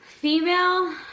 female